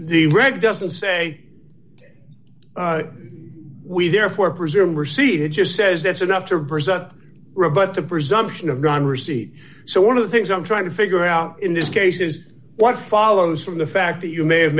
doesn't say we therefore presume receipt it just says that's enough to present rebut the presumption of don receipt so one of the things i'm trying to figure out in this case is what follows from the fact that you may have